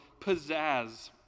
pizzazz